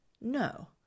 No